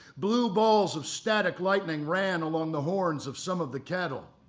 blue balls of static lightning ran along the horns of some of the cattle.